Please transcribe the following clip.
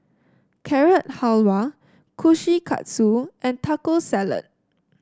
Carrot Halwa Kushikatsu and Taco Salad